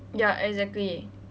ya exactly